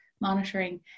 monitoring